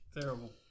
terrible